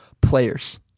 players